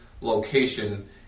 location